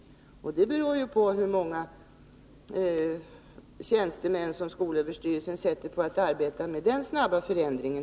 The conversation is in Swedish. Och hur fort det skall gå beror ju på hur många tjänstemän som skolöverstyrelsen sätter in på att arbeta med den snabba förändringen.